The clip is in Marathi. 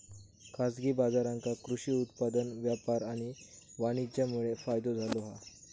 खाजगी बाजारांका कृषि उत्पादन व्यापार आणि वाणीज्यमुळे फायदो झालो हा